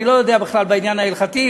אני לא יודע בכלל בעניין ההלכתי.